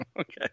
Okay